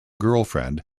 girlfriend